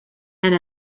and